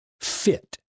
fit